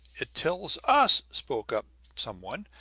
it tells us, spoke up some one,